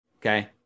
Okay